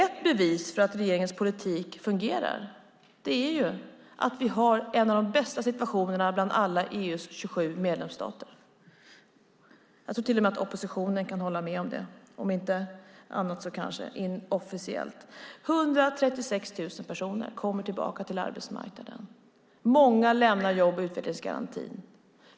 Ett bevis för att regeringens politik fungerar är att vi har en av de bästa situationerna bland EU:s alla 27 medlemsstater. Jag tror att till och med oppositionen kan hålla med om det, om inte annat så kanske inofficiellt. 136 000 personer kommer tillbaka till arbetsmarknaden. Många lämnar jobb och utvecklingsgarantin.